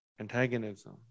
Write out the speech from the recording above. antagonism